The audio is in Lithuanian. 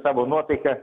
savo nuotaiką